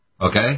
Okay